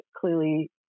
clearly